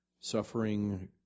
suffering